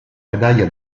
medaglia